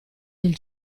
del